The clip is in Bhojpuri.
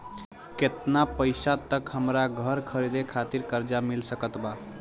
केतना पईसा तक हमरा घर खरीदे खातिर कर्जा मिल सकत बा?